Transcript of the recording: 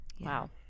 wow